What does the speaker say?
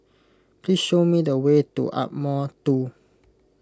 please show me the way to Ardmore two